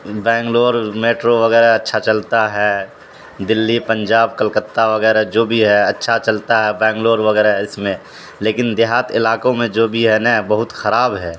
Bangalore metro وغیرہ اچھا چلتا ہے دہلی پنجاب کلکتہ وغیرہ جو بھی ہے اچھا چلتا ہے بینگلور وغیرہ اس میں لیکن دیہات علاقوں میں جو بھی ہے نہ بہت خراب ہے